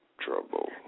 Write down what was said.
trouble